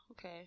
okay